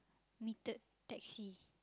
metered taxi